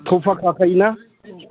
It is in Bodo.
थ'फ्ला खाखायोना